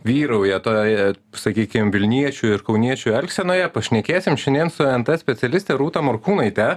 vyrauja toj sakykim vilniečių ir kauniečių elgsenoje pašnekėsim šiandien su en te specialiste rūta morkūnaite